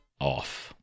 off